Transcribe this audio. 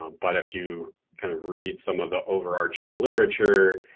um but if you kind of read some of the overarching literature